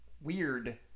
weird